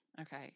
Okay